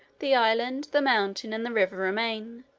the island, the mountain, and the river remain,